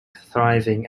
thriving